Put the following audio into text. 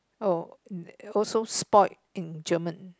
oh also spoiled in German